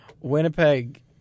Winnipeg